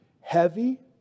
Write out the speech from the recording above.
heavy